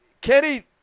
Kenny